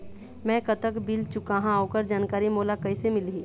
मैं कतक बिल चुकाहां ओकर जानकारी मोला कइसे मिलही?